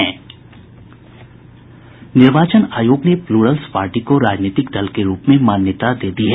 निर्वाचन आयोग ने प्लूरलस पार्टी को राजनीतिक दल के रूप में मान्यता दे दी है